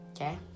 Okay